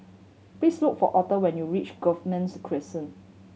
please look for Arther when you reach Crescent